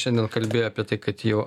šiandien kalbėjo apie tai kad jau